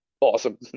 awesome